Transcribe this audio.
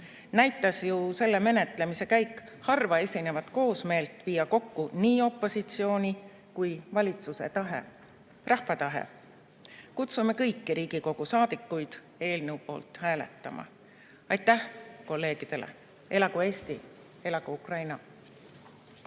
Näitas ju selle menetlemise käik harvaesinevat koosmeelt viia kokku opositsiooni ja valitsuse tahe. Rahva tahe. Kutsume kõiki Riigikogu liikmeid eelnõu poolt hääletama. Aitäh kolleegidele! Elagu Eesti! Elagu Ukraina!